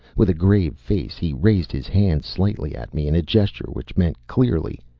with a grave face, he raised his hands slightly at me in a gesture which meant clearly,